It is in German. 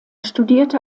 studierte